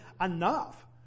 enough